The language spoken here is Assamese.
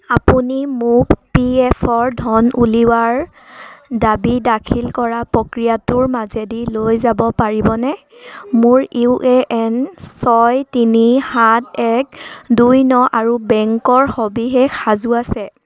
আপুনি মোক পি এফ ৰ ধন উলিওৱাৰ দাবী দাখিল কৰা প্ৰক্ৰিয়াটোৰ মাজেদি লৈ যাব পাৰিবনে মোৰ ইউ এ এন ছয় তিনি সাত এক দুই ন আৰু বেংকৰ সবিশেষ সাজু আছে